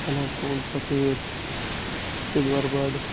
colourful सफेद silver bird